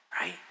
Right